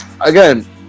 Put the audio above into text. again